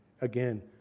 Again